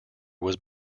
was